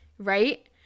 Right